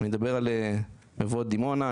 אני מדבר על מבואות דימונה,